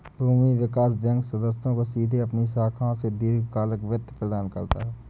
भूमि विकास बैंक सदस्यों को सीधे अपनी शाखाओं से दीर्घकालिक वित्त प्रदान करता है